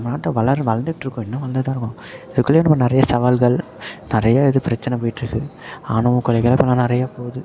நம்ம நாட்டில் வளரல வளர்ந்துட்ருக்கோம் இன்னும் வளர்ந்துட்டு தான் இருக்கோம் அதுக்குள்ளே நம்ம நிறைய சவால்கள் நிறைய இது பிரச்சின போய்கிட்ருக்கு ஆணவ கொலைகளெலாம் இப்பெல்லாம் நிறைய போகுது